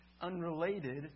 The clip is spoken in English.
unrelated